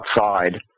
outside